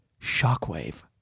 Shockwave